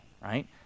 right